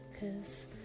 Cause